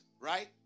right